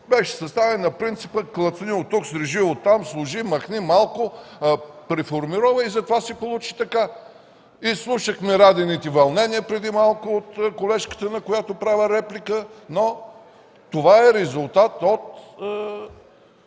беше съставен на принципа клъцни от тук, срежи от там, сложи, махни малко, преформирай. Затова се получи така. Изслушахме „Радините вълнения” преди малко от колежката, на която правя реплика, но това е резултат от